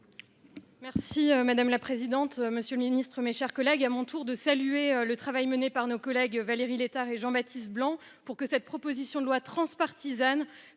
Merci madame la présidente. Monsieur le Ministre, mes chers collègues, à mon tour de saluer le travail mené par nos collègues Valérie Létard et Jean Mathis. Pour que cette proposition de loi transpartisane